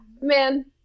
man